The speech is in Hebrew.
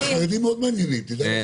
החרדים מעניינים מאוד, תדע לך.